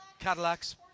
Cadillacs